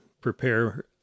prepare